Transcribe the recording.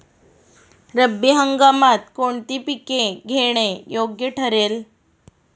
रब्बी हंगामात कोणती पिके घेणे योग्य ठरेल?